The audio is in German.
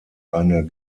eine